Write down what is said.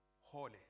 holy